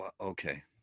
okay